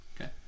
Okay